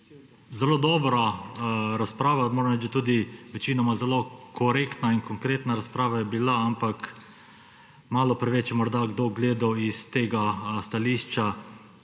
zelo dobra razprava, moram reči, da tudi večinoma zelo korektna in konkretna razprava je bila, ampak malo preveč je morda kdo gledal s tega stališča